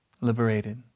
Liberated